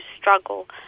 struggle